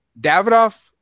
Davidoff